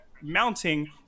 mounting